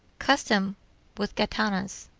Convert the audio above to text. custom with gitanas.